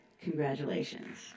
congratulations